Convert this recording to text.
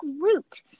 root